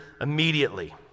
immediately